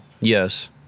Yes